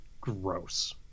gross